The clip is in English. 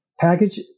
Package